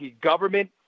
government